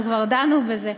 אנחנו כבר דנו בזה.